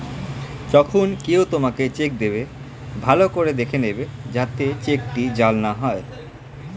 যখন কেউ তোমাকে চেক দেবে, ভালো করে দেখে নেবে যাতে চেকটি জাল না হয়